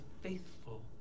faithful